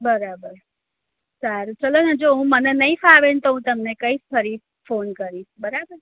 બરાબર સારું ચલોને જો મને નઈ ફાવે ને તો હું તમને કઈસ ફરી ફોન કરીશ બરાબર